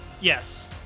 Yes